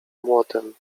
młotem